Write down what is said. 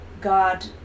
God